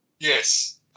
Yes